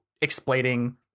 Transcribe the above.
explaining